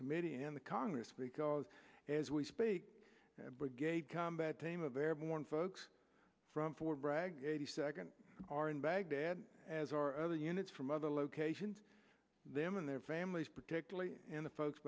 committee and the congress because as we speak brigade combat team of airborne folks from fort bragg eighty second are in baghdad as are other units from other locations them and their families particularly in the folks